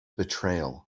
betrayal